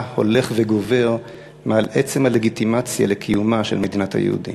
הולך וגובר מעל עצם הלגיטימציה של קיומה של מדינת היהודים.